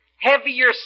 Heavier